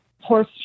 horse